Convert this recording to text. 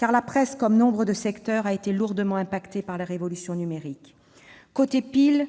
La presse, comme nombre de secteurs, a été lourdement affectée par la révolution numérique. Côté pile,